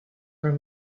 were